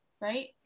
Right